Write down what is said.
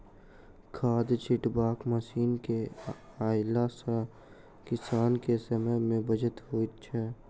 खाद छिटबाक मशीन के अयला सॅ किसान के समय मे बचत होइत छै